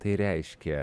tai reiškia